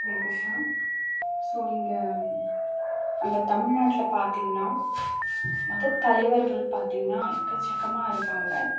எங்கே ஷாம் ஸோ இங்கே நம்ம தமிழ்நாட்டில் பார்த்தீங்கன்னா மதத்தலைவர்கள் பார்த்தீங்கன்னா எக்கச்சக்கமாக இருக்காங்க